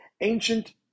ancient